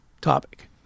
topic